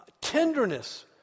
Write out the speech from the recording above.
tenderness